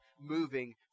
moving